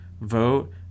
vote